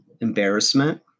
embarrassment